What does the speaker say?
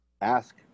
ask